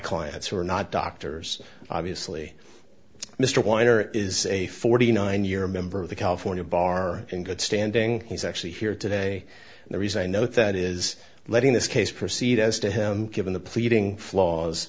clients who are not doctors obviously mr weiner is a forty nine year member of the california bar in good standing he's actually here today and the reason i note that is letting this case proceed as to him given the pleading flaws